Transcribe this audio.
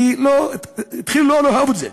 כי התחילו לא לאהוב את זה,